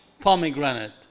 pomegranate